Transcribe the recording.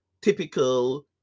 typical